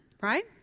right